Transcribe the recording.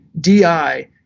DI